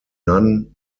nun